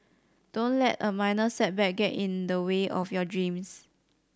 don't let a minor setback get in the way of your dreams